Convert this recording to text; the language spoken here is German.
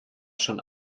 schon